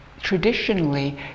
traditionally